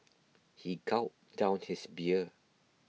he gulped down his beer